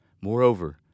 Moreover